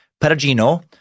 Perugino